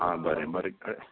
हा बरें बरें कळया